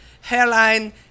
hairline